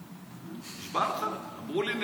נשבע לך, אמרו לי: